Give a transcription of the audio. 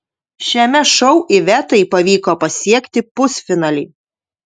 šiame šou ivetai pavyko pasiekti pusfinalį